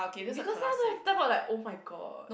because now don't have type out like oh-my-god